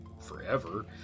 forever